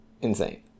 insane